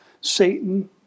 Satan